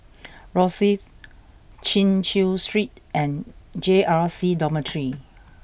Rosyth Chin Chew Street and J R C Dormitory